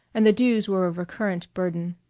and the dues were a recurrent burden.